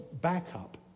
backup